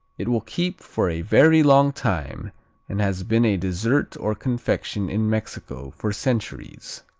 it will keep for a very long time and has been a dessert or confection in mexico for centuries.